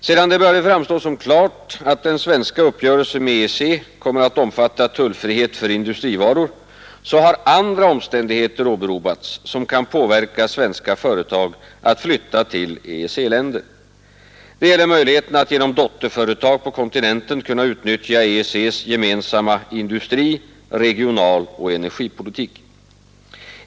Sedan det började framstå som klart, att den svenska uppgörelsen med EEC kommer att omfatta tullfrihet för industrivaror, har andra omständigheter åberopats som kan påverka svenska företag att flytta till EEC-länder. Det gäller möjligheterna att genom dotterföretag på kontinenten kunna utnyttja EEC:s gemensamma industri-, regionaloch energipolitik.